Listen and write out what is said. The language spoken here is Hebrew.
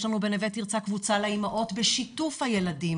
יש לנו בנווה תרצה קבוצה לאימהות בשיתוף הילדים.